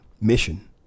mission